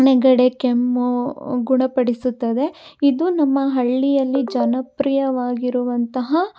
ನೆಗಡಿ ಕೆಮ್ಮು ಗುಣಪಡಿಸುತ್ತದೆ ಇದು ನಮ್ಮ ಹಳ್ಳಿಯಲ್ಲಿ ಜನಪ್ರಿಯವಾಗಿರುವಂತಹ